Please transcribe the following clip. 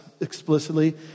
explicitly